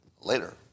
later